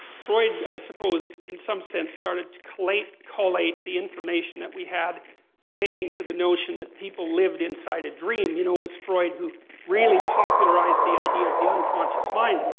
freud, i suppose, in some sense, started to collate collate the information that we had pertaining to the notion that people lived inside a dream. you know, it was freud who really popularized the idea of the unconscious mind. and